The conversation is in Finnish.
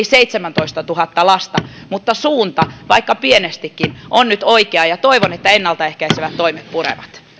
seitsemäntoistatuhatta lasta mutta suunta vaikka pienestikin on nyt oikea ja toivon että ennalta ehkäisevät toimet purevat